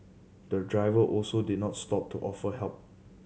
the driver also did not stop to offer help